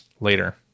later